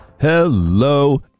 Hello